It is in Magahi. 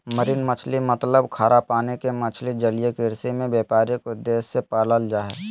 मरीन मछली मतलब खारा पानी के मछली जलीय कृषि में व्यापारिक उद्देश्य से पालल जा हई